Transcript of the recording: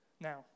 now